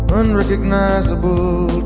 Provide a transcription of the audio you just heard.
unrecognizable